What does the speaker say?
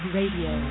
Radio